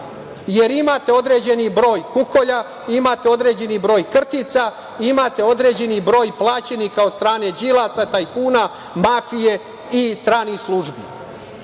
jer imate određeni broj kukolja, imate određeni broj krtica, imate određeni broj plaćenika od strane Đilasa, tajkuna, mafije i stranih službi.